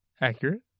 Accurate